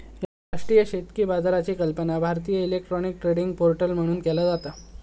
राष्ट्रीय शेतकी बाजाराची कल्पना भारतीय इलेक्ट्रॉनिक ट्रेडिंग पोर्टल म्हणून केली जाता